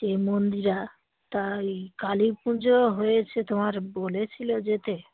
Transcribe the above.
সেই মন্দিরা তা ওই কালী পুজো হয়েছেে তোমার বলেছিলো যেতে